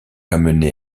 amené